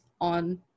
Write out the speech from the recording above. on